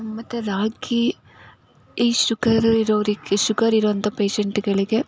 ಮತ್ತು ರಾಗಿ ಈ ಶುಗರ ಇರೋರಿಗೆ ಶುಗರ್ ಇರುವಂಥ ಪೇಶೆಂಟ್ಗಳಿಗೆ